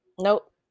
Nope